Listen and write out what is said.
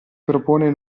propone